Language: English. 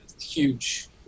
huge